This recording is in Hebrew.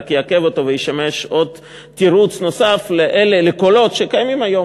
רק יעכב אותו וישמש תירוץ נוסף לקולות שקיימים היום